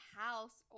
house